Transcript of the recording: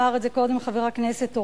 אמר את זה קודם חבר הכנסת אורלב,